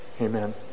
amen